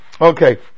Okay